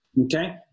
okay